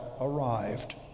arrived